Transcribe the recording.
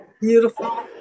beautiful